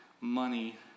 money